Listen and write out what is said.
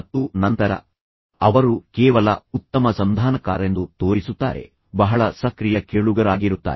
ಮತ್ತು ನಂತರ ಅವರು ಕೇವಲ ಉತ್ತಮ ಸಂಧಾನಕಾರರೆಂದು ತೋರಿಸುತ್ತಾರೆ ಬಹಳ ಸಕ್ರಿಯ ಕೇಳುಗರಾಗಿರುತ್ತಾರೆ